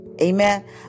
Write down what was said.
Amen